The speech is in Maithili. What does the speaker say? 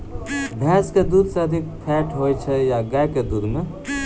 भैंस केँ दुध मे अधिक फैट होइ छैय या गाय केँ दुध में?